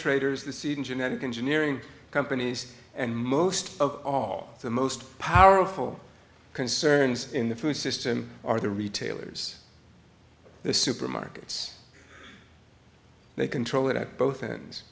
traders the seed in genetic engineering companies and most of all the most powerful concerns in the food system are the retailers the supermarkets they control it at both ends